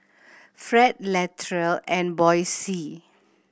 Fred Latrell and Boysie